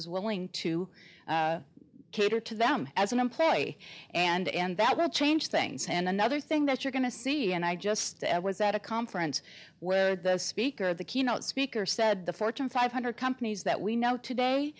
is willing to cater to them as an employee and that will change things and another thing that you're going to see and i just was at a conference where the speaker of the keynote speaker said the fortune five hundred companies that we know today